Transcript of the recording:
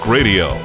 Radio